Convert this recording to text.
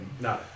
No